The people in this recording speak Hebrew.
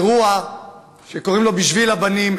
אירוע שקוראים לו "בשביל הבנים",